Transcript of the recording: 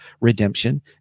redemption